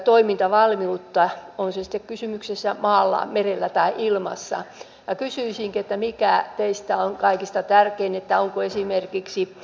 huomasin sen eräänä iltana itsekin ulkona ollessani ja havahduin että herranjestas minäkin olen ruvennut tämmöisiä ajattelemaan